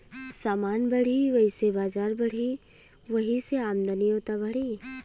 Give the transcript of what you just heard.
समान बढ़ी वैसे बजार बढ़ी, वही से आमदनिओ त बढ़ी